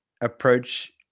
approach